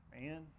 Man